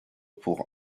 pour